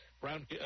Brown